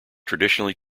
traditionally